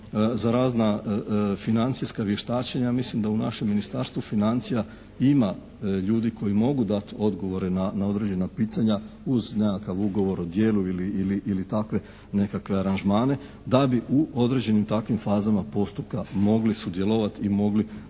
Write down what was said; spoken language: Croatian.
za razna financijska vještačenja mislim da u našem Ministarstvu financija ima ljudi koju mogu dati odgovore na određena pitanja uz nekakav ugovor o djelu ili takve nekakve aranžmane da bi u određenim takvim fazama postupka mogli sudjelovati i mogli